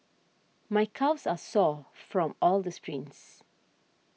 my calves are sore from all the sprints